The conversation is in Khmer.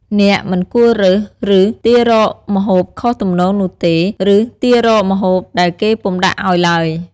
អ្នកមិនគួររើស ឬ ទាររកម្ហូបខុសទំនងនោះទេ ឬ ទាររកម្ហូបដែលគេពុំដាក់ឲ្យទ្បើយ។